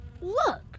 look